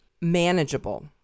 manageable